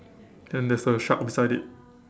and there's a shark beside it